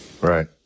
Right